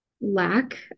lack